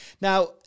Now